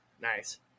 nice